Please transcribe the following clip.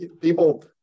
people –